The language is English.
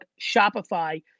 Shopify